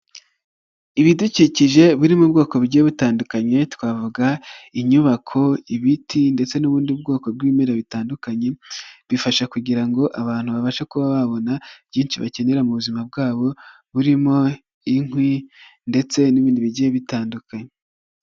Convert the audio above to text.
Ibidukikije biri mu ubwoko bugiye butandukanye, twavuga inyubako, ibiti ndetse n'ubundi bwoko bw'ibimera bitandukanye, bifasha kugira ngo abantu babashe kuba babona byinshi bakenera mu buzima bwabo birimo inkwi ndetse n'ibindi bijye bitandukanye.